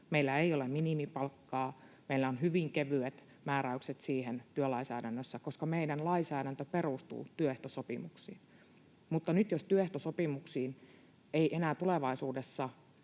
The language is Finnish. Meillä ei ole minimipalkkaa, meillä on hyvin kevyet määräykset siihen työlainsäädännössä, koska meidän lainsäädäntö perustuu työehtosopimuksiin. Mutta nyt, jos työehtosopimuksiin ei enää tulevaisuudessa